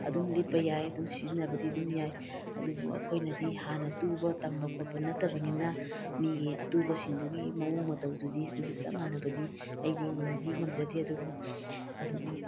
ꯑꯗꯨꯝ ꯂꯤꯠꯄ ꯌꯥꯏ ꯑꯗꯨꯝ ꯁꯤꯖꯤꯟꯅꯕꯗꯤ ꯑꯗꯨꯝ ꯌꯥꯏ ꯑꯗꯨꯕꯨ ꯑꯩꯈꯣꯏꯅꯗꯤ ꯍꯥꯟꯅ ꯇꯨꯕ ꯇꯝꯕ ꯈꯣꯠꯄ ꯅꯠꯇꯕꯅꯤꯅ ꯃꯤꯒꯤ ꯑꯇꯨꯕꯁꯤꯡꯗꯨꯒꯤ ꯃꯑꯣꯡ ꯃꯇꯧꯗꯨꯗꯤ ꯑꯗꯨꯒ ꯆꯞ ꯃꯥꯟꯅꯕꯗꯤ ꯑꯩꯗꯤ ꯉꯝꯗꯤ ꯉꯝꯖꯗꯦ ꯑꯗꯨꯕꯨ ꯑꯗꯨꯕꯨ